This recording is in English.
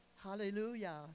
hallelujah